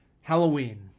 Halloween